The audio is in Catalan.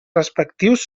respectius